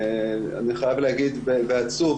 אני רוצה להודות לחבר הכנסת עודד פורר שבעצם קיבל את הצעתי